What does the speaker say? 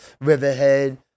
Riverhead